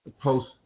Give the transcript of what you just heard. post